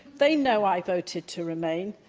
they know i voted to remain.